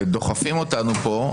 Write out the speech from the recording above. דוחפים אותנו פה.